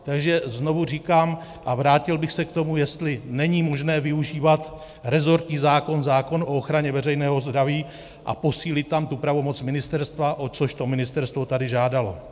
Takže znovu říkám, a vrátil bych se k tomu, jestli není možné využívat resortní zákon, zákon o ochraně veřejného zdraví a posílit tam pravomoc ministerstva, o což ministerstvo tady žádalo.